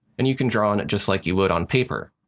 and you can draw on it just like you would on paper.